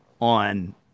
on